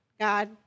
God